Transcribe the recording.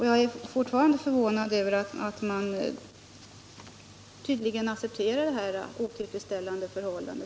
Jag är fortfarande förvånad över att man tydligen från regeringens sida accepterar detta otillfredsställande förhållande.